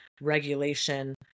regulation